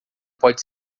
pode